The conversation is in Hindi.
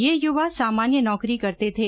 ये युवा सामान्य नौकरी करते थे